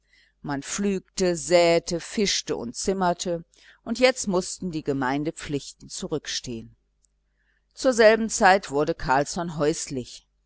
man pflügte säte fischte und zimmerte und jetzt mußten die gemeindepflichten zurückstehen zur selben zeit wurde carlsson häuslich